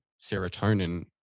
serotonin